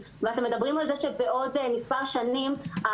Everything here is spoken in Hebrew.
הם אמרו שברגע שזה